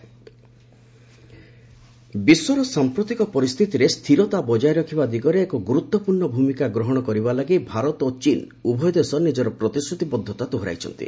India China ବିଶ୍ୱର ସାଂପ୍ରତିକ ପରିସ୍ଥିତିରେ ସ୍ଥିରତା ବଜାୟ ରଖିବା ଦିଗରେ ଏକ ଗୁରୁତ୍ୱପୂର୍ଣ୍ଣ ଭୂମିକା ଗ୍ରହଣ କରିବା ଲାଗି ଭାରତ ଓ ଚୀନ ଉଭୟ ଦେଶ ନିଜର ପ୍ରତିଶ୍ରତିବଦ୍ଧତା ଦୋହରାଇଛନ୍ତି